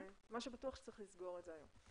מה שבטוח זה שצריך לסגור את זה היום.